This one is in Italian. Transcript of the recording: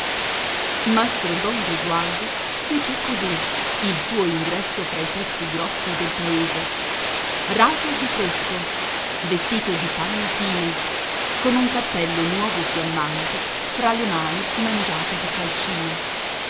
bestia mastro don gesualdo fece così il suo ingresso fra i pezzi grossi del paese raso di fresco vestito di panno fine con un cappello nuovo fiammante fra le mani mangiate di calcina